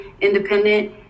independent